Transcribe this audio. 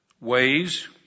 ways